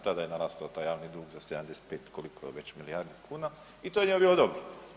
Tada je narastao taj javni dug za 75 koliko je već milijardi kuna i to je njima bilo dobro.